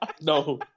No